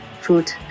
food